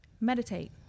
meditate